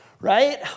right